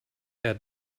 had